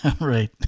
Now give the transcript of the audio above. Right